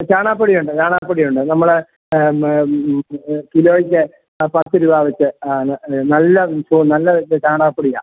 ചാണകപ്പൊടിയുണ്ട് ചാണകപ്പൊടിയുണ്ട് നമ്മളെ കിലോയ്ക്ക് ആ പത്ത് രൂപ വച്ച് ആ എന്നാൽ നല്ല സുഖം നല്ല ഇത് ചാണകപ്പൊടിയാണ്